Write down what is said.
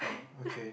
ah okay